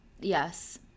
Yes